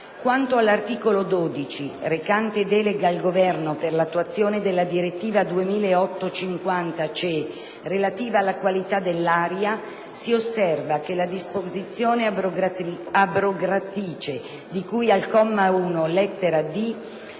Quanto all'articolo 12, recante delega al Governo per l'attuazione della direttiva 2008/50/CE, relativa alla qualità dell'aria, si osserva che la disposizione abrogatrice, di cui al comma 1, lettera